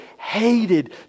hated